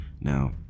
Now